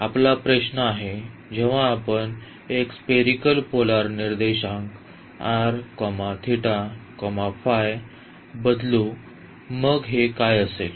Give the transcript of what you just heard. आता आपला प्रश्न आहे जेव्हा आपण एक स्पेरीकल पोलर निर्देशांक बदलू मग हे काय असेल